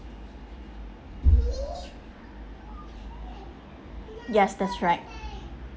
yes that's right